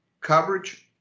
coverage